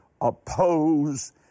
oppose